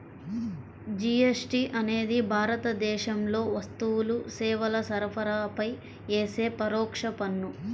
GST అనేది భారతదేశంలో వస్తువులు, సేవల సరఫరాపై యేసే పరోక్ష పన్ను